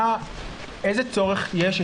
איזה צורך יש,